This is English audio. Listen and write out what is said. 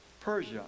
Persia